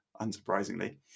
unsurprisingly